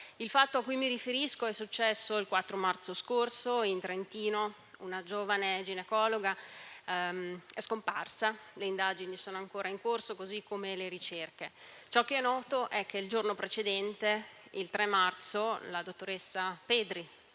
Il fatto a cui mi riferisco è successo il 4 marzo scorso in Trentino, quando una giovane ginecologa è scomparsa; le indagini sono ancora in corso, così come le ricerche. Ciò che è noto è che il giorno precedente, il 3 marzo, la dottoressa Pedri